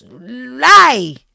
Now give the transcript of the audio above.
lie